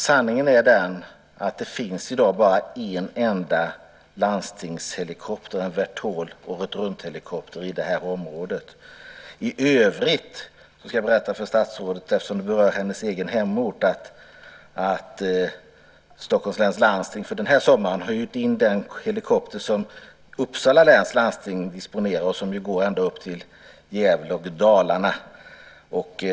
Sanningen är den att det i dag bara finns en enda landstingshelikopter, en Vertol, som åretrunthelikopter i det här området. I övrigt ska jag berätta för statsrådet, eftersom det berör hennes egen hemort, att Stockholms läns landsting för den här sommaren har hyrt in den helikopter som Uppsala läns landsting disponerar och som går ända upp till Gävle och Dalarna.